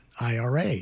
IRA